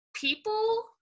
people